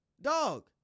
dog